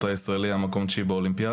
בין אחד לשניים במסלול,